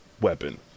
weapon